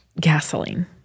Gasoline